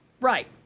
Right